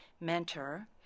mentor